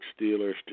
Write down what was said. Steelers